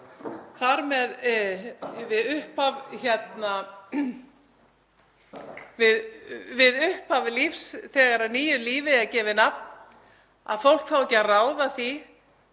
talið við upphaf lífs, þegar nýju lífi er gefið nafn, að fólk fái ekki að ráða því